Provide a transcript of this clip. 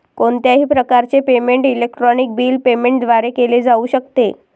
कोणत्याही प्रकारचे payment electronic bill payment द्वारे केले जाऊ शकते